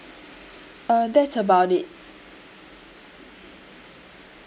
uh that's about it